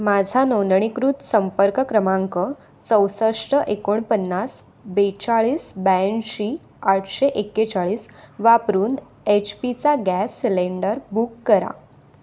माझा नोंदणीकृत संपर्क क्रमांक चौसष्ट एकोणपन्नास बेचाळीस ब्याऐंशी आठशे एक्केचाळीस वापरून एच पीचा गॅस सिलेंडर बुक करा